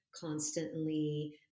constantly